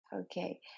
Okay